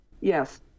Yes